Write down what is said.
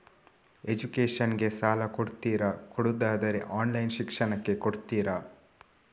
Education ಗೆ ಸಾಲ ಕೊಡ್ತೀರಾ, ಕೊಡುವುದಾದರೆ ಆನ್ಲೈನ್ ಶಿಕ್ಷಣಕ್ಕೆ ಕೊಡ್ತೀರಾ?